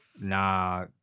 Nah